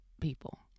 people